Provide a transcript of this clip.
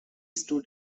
stood